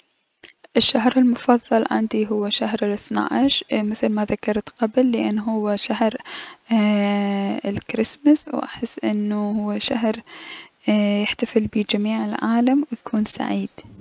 الشهر المفضل عندي هو شهر الثناعش لأن مثل ما ذكرت قبل انو هو شهر ايي- الكرسمس و احس انو شهر يحتفل بيه جميع العالم و يكون سعيد.